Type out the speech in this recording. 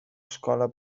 escola